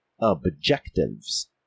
objectives